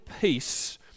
peace